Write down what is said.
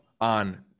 on